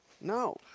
No